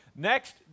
Next